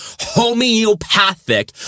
homeopathic